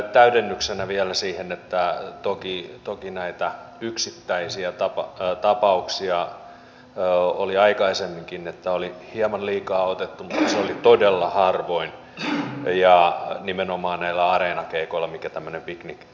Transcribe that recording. täydennyksenä vielä siihen että toki näitä yksittäisiä tapauksia oli aikaisemminkin että oli hieman liikaa otettu mutta se oli todella harvoin ja nimenomaan näillä areenakeikoilla mikä tämmöinen pikniktapahtuma on